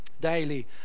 daily